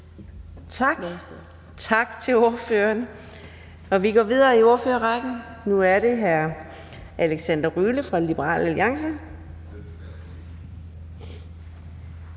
Tak til ordføreren. Vi går videre i ordførerrækken. Det er nu hr. Alexander Ryle fra Liberal Alliance.